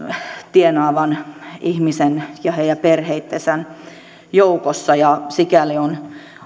tienaavan ihmisen ja heidän perheittensä joukossa ja sikäli on